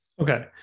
Okay